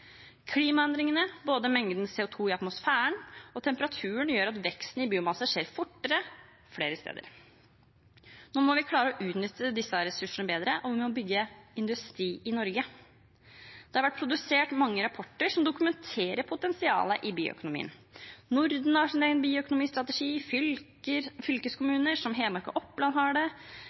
Klimaendringene, både mengde CO2 i atmosfæren og temperaturen, gjør at veksten i biomasse skjer fortere og flere steder. Nå må vi klare å utnytte disse ressursene bedre, og vi må bygge industri i Norge. Det har vært produsert mange rapporter som dokumenterer potensialet i bioøkonomien. Norden har sin egen bioøkonomistrategi, fylkeskommuner som Hedmark og Oppland har